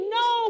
no